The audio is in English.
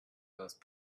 those